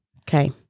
Okay